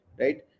Right